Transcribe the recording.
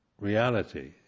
reality